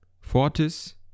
Fortis